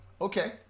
Okay